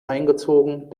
eingezogen